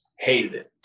Hated